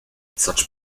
such